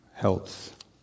Health